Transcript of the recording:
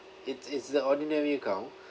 it's it's the ordinary account